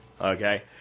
okay